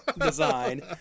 design